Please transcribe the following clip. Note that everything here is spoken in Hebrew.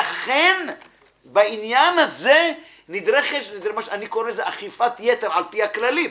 לכן בעניין הזה נדרשת אכיפת-יתר, על פי הכללים.